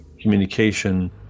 communication